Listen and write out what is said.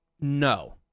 No